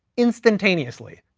instantaneously.